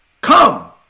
Come